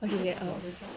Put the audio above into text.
okay err